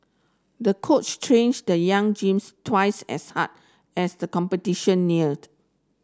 the coach changed the young gymnast twice as hard as the competition neared